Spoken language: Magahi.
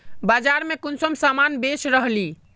बाजार में कुंसम सामान बेच रहली?